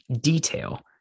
detail